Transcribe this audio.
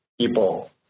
people